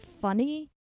funny